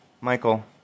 Michael